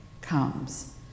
comes